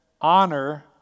honor